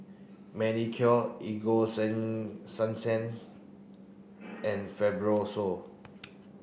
Manicare Ego sunsense and Fibrosol